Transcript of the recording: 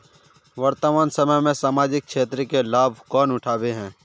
वर्तमान समय में सामाजिक क्षेत्र के लाभ कौन उठावे है?